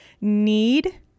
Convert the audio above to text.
need